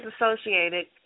associated